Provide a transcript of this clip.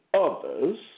others